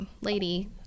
lady